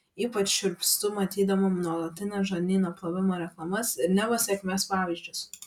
ypač šiurpstu matydama nuolatines žarnyno plovimo reklamas ir neva sėkmės pavyzdžius